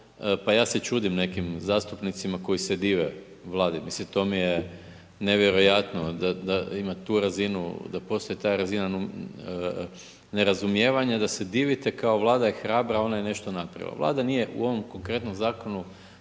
Pa ja se čudim nekim zastupnicima koji se dive Vladi, mislim to mi je nevjerojatno da ima tu razinu, da postoji ta razina nerazumijevanja da se divite kao Vlada je hrabra, ona je nešto napravila. Vlada nije u ovom konkretnom zakonu